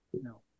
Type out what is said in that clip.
no